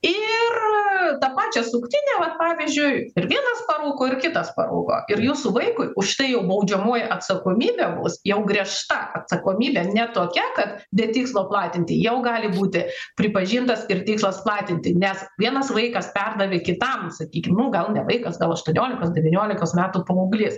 ir tą pačią suktinę vat pavyzdžiui ir vienas parūko ir kitas parūko ir jūsų vaikui už tai jau baudžiamoji atsakomybė bus jau griežta atsakomybė ne tokia kad be tikslo platinti jau gali būti pripažintas ir tikslas platinti nes vienas vaikas perdavė kitam sakykim nu gal ne vaikas gal aštuoniolikos devyniolikos metų paauglys